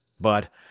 But—